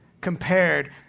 compared